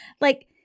Like-